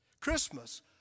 Christmas